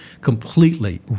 completely